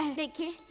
and thank you.